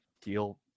deal